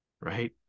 right